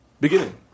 Beginning